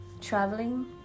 traveling